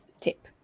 tip